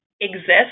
exist